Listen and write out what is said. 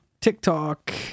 TikTok